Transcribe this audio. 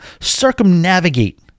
circumnavigate